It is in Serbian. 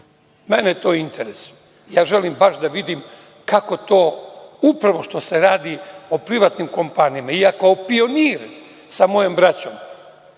Mene to interesuje. Ja želim baš da vidim kako to upravo što se radi o privatnim kompanijama, i ja kao pionir sa mojom braćom,